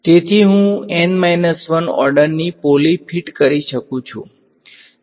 તેથી હું N 1 ઓર્ડરની પોલી ફિટ કરી શકું છું